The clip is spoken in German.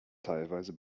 teilweise